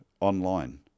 online